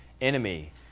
enemy